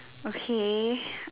okay